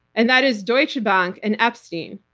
and that is deutsche bank and epstein.